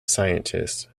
scientist